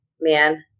Man